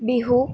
Bihu